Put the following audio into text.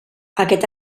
aquest